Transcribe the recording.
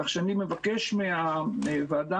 כך שאני מבקש מהוועדה